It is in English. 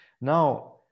Now